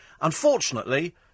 Unfortunately